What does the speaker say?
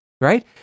right